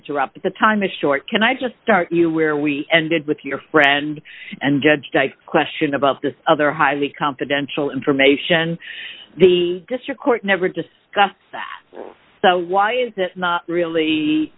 interrupt the time is short can i just start you where we ended with your friend and judge di question about this other highly confidential information the district court never discussed so why is it not really